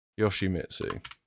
Yoshimitsu